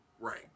Right